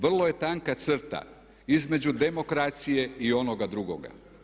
Vrlo je tanka crta između demokracije i onoga drugoga.